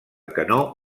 canó